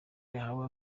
yahawe